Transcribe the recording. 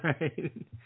right